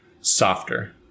softer